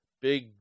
big